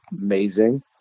amazing